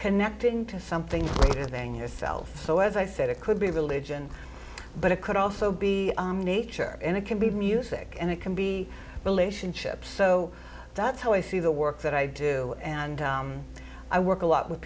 connecting to something greater than yourself so as i said it could be religion but it could also be nature and it can be music and it can be relationships so that's how i see the work that i do and i work a lot with